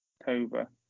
October